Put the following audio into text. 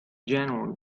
january